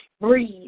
Breathe